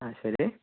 ആ ശരി